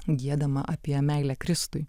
giedama apie meilę kristui